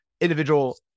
individual